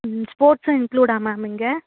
ம் ஸ்போர்ட்ஸ்ஸும் இன்க்ளுடா மேம் இங்கே